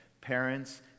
parents